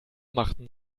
machten